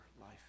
life